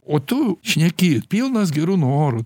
o tu šneki pilnas gerų norų